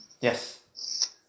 Yes